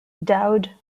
dowd